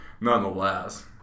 nonetheless